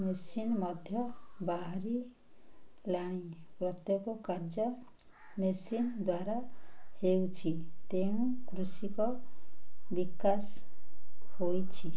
machine ମଧ୍ୟ ବାହାରିଲାଣି ପ୍ରତ୍ୟେକ କାର୍ଯ୍ୟ ମେସିନ୍ ଦ୍ୱାରା ହେଉଛି ତେଣୁ କୃଷିକ ବିକାଶ ହୋଇଛି